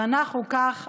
ואנחנו כך,